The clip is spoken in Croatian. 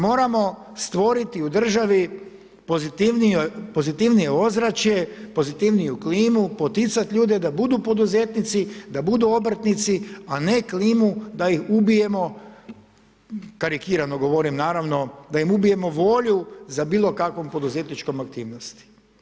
Moramo stvoriti u državi pozitivnije ozračje, pozitivniju klimu, poticati ljude da budu poduzetnici, da budu obrtnici a ne klimu da ih ubijemo karikiramo govorim, naravno, da im ubijemo volju za bilo kakvom poduzetničkom aktivnosti.